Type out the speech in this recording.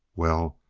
well,